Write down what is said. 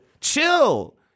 Chill